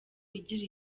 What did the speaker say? igira